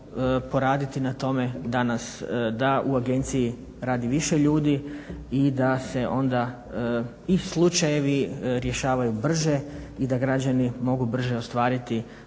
poraditi na tome da nas. Da u agenciji radi više ljudi i da se onda i slučajevi rješavaju brže i da građani mogu brže ostvariti